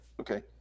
Okay